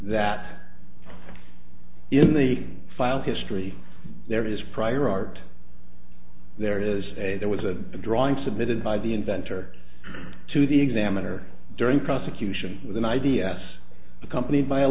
that in the file history there is prior art there is a there was a drawing submitted by the inventor to the examiner during prosecution with an i d s accompanied by a